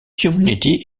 community